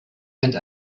and